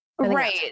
Right